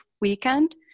weekend